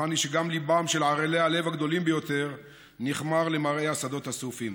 ובטוחני שגם ליבם של ערלי הלב הגדולים ביותר נכמר למראה השדות השרופים.